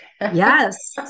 Yes